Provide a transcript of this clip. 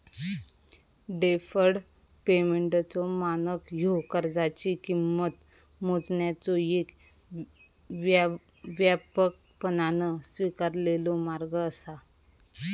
deferred पेमेंटचो मानक ह्यो कर्जाची किंमत मोजण्याचो येक व्यापकपणान स्वीकारलेलो मार्ग असा